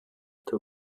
two